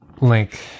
link